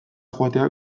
joatea